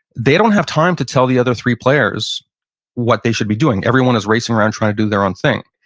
they don't have time to tell the other three players what they should be doing. everyone is racing around trying to do their own thing.